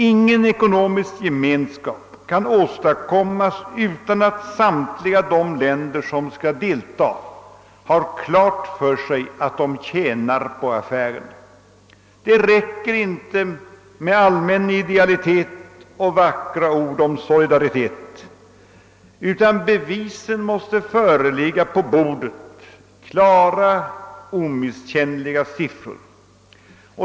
Ingen ekonomisk gemenskap kan åstadkommas utan att samtliga de länder som skall deltaga har klart för sig att de tjänar på affären. Det räcker inte med allmän idealitet och vackra ord om solidaritet, utan bevisen måste föreligga i klara omisskännliga siffror.